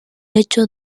lecho